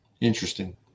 interesting